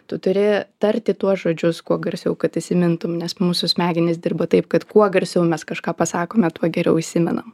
tu turi tarti tuos žodžius kuo garsiau kad įsimintum nes mūsų smegenys dirba taip kad kuo garsiau mes kažką pasakome tuo geriau įsimenam